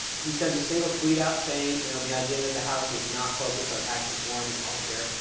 he sends a single tweet out, saying you know the idea that the house was not focused on tax reform and health care,